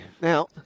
Now